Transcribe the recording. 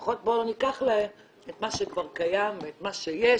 לפחות בואו ניקח להם את מה שכבר קיים ואת מה שיש.